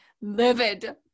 livid